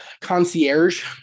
concierge